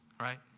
right